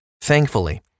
Thankfully